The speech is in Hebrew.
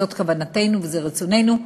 זאת כוונתנו וזה רצוננו,